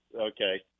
okay